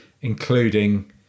including